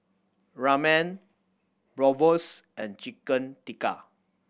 Ramen Bratwurst and Chicken Tikka